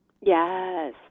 yes